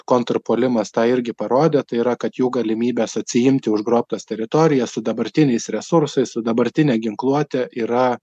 kontrpuolimas tą irgi parodė tai yra kad jų galimybės atsiimti užgrobtas teritorijas su dabartiniais resursais dabartine ginkluote yra